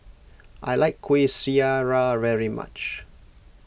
I like Kueh Syara very much